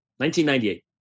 1998